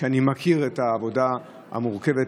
אני מכיר את העבודה המורכבת,